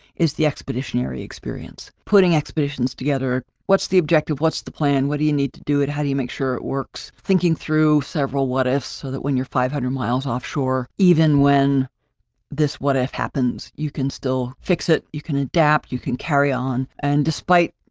is the expeditionary experience, putting expeditions together. what's the objective? what's the plan? what do you need to do it? how do you make sure it works? thinking through several what ifs, so that when you're five hundred miles offshore, even when this what if happens, you can still fix it. you can adapt, you can carry on and despite,